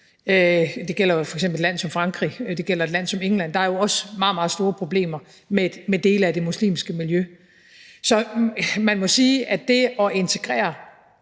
Det gælder jo f.eks. et land som Frankrig, og det gælder et land som England. Der er jo også meget, meget store problemer med dele af det muslimske miljø. Så man må sige, at det at integrere